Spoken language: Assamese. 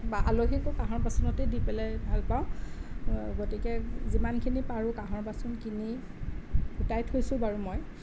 বা আলহীকো কাঁহৰ বাচনতেই দি পেলাই ভালপাওঁ গতিকে যিমানখিনি পাৰোঁ কাঁহৰ বাচন কিনি গোটাই থৈছোঁ বাৰু মই